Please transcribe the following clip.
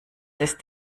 ist